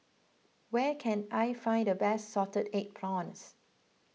where can I find the best Salted Egg Prawns